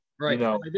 Right